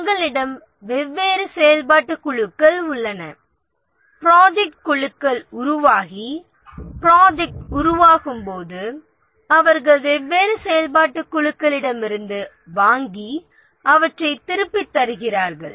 நம்மிடம் வெவ்வேறு செயல்பாட்டுக் குழுக்கள் உள்ளன ப்ராஜெக்ட் குழுக்கள் உருவாகி ப்ராஜெக்ட் உருவாகும்போது அவர்கள் வெவ்வேறு செயல்பாட்டுக் குழுக்களிடமிருந்து வாங்கி அவற்றை திருப்பித் தருகிறார்கள்